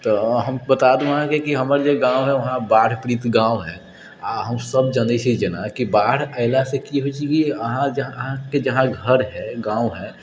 तऽ हम बता दी अहाँके जे हमर जे गाँव हइ वहाँ बाढ़ि पीड़ित गाँव हइ आओर हमसब जानै छिए जेना कि बाढ़ि अएलासँ कि होइ छै कि अहाँके जहाँ घर हइ गाँव हइ